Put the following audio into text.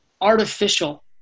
artificial